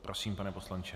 Prosím, pane poslanče.